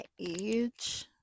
age